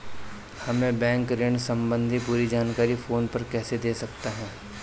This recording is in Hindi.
हमें बैंक ऋण संबंधी पूरी जानकारी फोन पर कैसे दे सकता है?